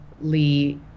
Lee